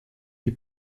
die